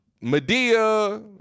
Medea